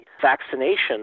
vaccination